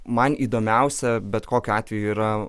man įdomiausia bet kokiu atveju yra